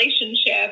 relationship